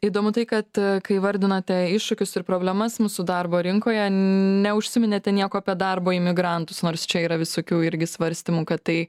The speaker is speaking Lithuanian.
įdomu tai kad kai vardinote iššūkius ir problemas mūsų darbo rinkoje neužsiminėte nieko apie darbo imigrantus nors čia yra visokių irgi svarstymų kad tai